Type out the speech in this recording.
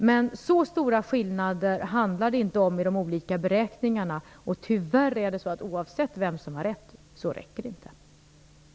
Men så stora skillnader handlar det inte om i de olika beräkningarna. Oavsett vem som har rätt så räcker det tyvärr inte!